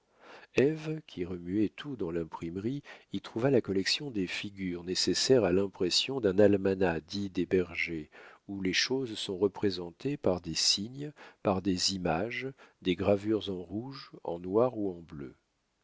qui remuait tout dans l'imprimerie y trouva la collection des figures nécessaires à l'impression d'un almanach dit des bergers où les choses sont représentées par des signes par des images des gravures en rouge en noir ou en bleu